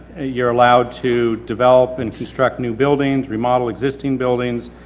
you're allowed to develop and construct new buildings, remodel existing buildings.